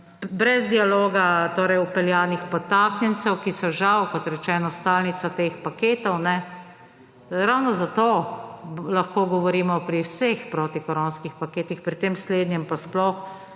brez dialoga vpeljanih podtaknjencev, ki so žal, kot rečeno, stalnica teh paketov, ravno zato lahko govorimo pri vseh protikoronskih paketih, pri tem slednjem pa sploh,